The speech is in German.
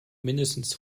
mindestens